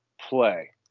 play